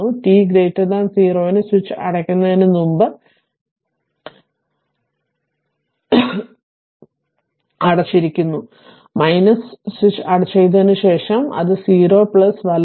t 0 ന് switch അടയ്ക്കുന്നതിന് തൊട്ടുമുമ്പ് വലത് 0 of0 അടച്ചിരിക്കുന്നു സ്വിച്ച് ചെയ്തതിനുശേഷം അത് 0 വലത്